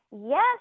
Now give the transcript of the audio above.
Yes